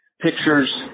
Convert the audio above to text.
pictures